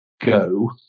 go